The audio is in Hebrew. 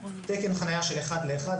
תקן חניה של אחד לאחד,